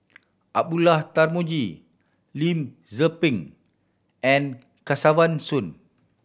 Abdullah Tarmugi Lim Tze Peng and Kesavan Soon